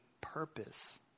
purpose